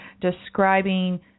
describing